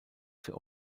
für